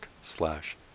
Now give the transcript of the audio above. slash